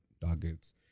targets